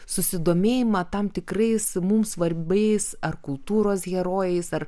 susidomėjimą tam tikrais mums svarbiais ar kultūros herojais ar